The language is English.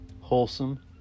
wholesome